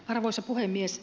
arvoisa puhemies